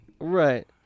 Right